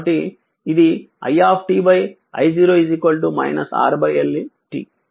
కాబట్టి ఇది i I0 R L t